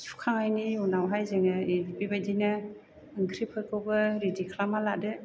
सुखांनायनि उनावहाय जोङो बेबायदिनो ओंख्रिफोरखौबो रिडि खालामना लादो